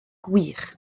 gwych